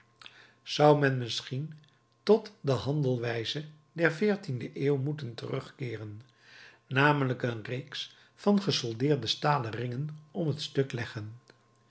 zou men misschien tot de handelwijze der veertiende eeuw moeten terugkeeren namelijk een reeks van gesoldeerde stalen ringen om het stuk leggen